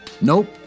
Nope